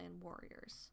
warriors